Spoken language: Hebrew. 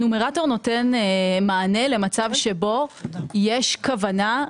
הנומרטור נותן מענה למצב שבו יש כוונה,